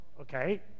Okay